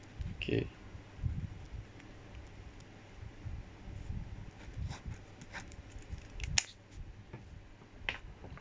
okay